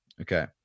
Okay